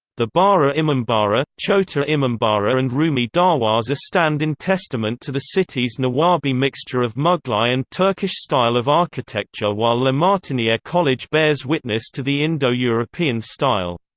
the bara imambara, chhota imambara and rumi darwaza stand in testament to the city's nawabi mixture of mughlai and turkish style of architecture while la martiniere college bears witness to the indo-european style.